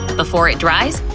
before it dries,